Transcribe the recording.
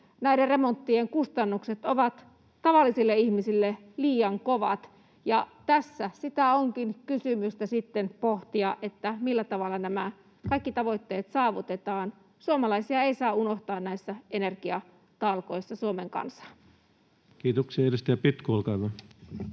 näiden remonttien kustannukset ovat tavallisille ihmisille liian kovat, ja tässä sitä onkin sitten kysymystä pohtia, että millä tavalla nämä kaikki tavoitteet saavutetaan. Suomalaisia ei saa unohtaa näissä energiatalkoissa, Suomen kansaa. [Speech 122] Speaker: